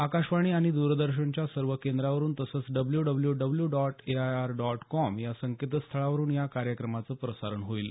आकाशवाणी आणि द्रदर्शनच्या सर्व केंद्रावरुन तसंच W W W dot A R I dot com या संकेतस्थळावरुन या कार्यक्रमाचं प्रसारण होईल